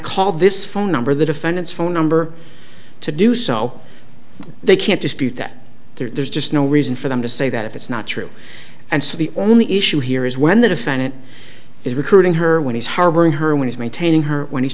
this phone number the defendant's phone number to do so they can't dispute that there's just no reason for them to say that if it's not true and so the only issue here is when the defendant is recruiting her when he's harboring her when he's maintaining her when he's